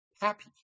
happy